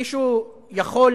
מישהו יכול,